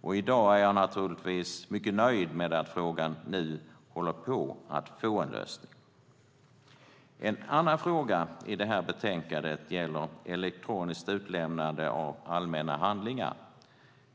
Och i dag är jag naturligtvis mycket nöjd med att frågan håller på att få en lösning. En annan fråga i det här betänkandet gäller elektroniskt utlämnande av allmänna handlingar,